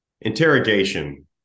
interrogation